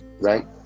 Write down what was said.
right